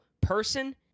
person